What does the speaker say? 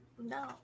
No